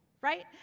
right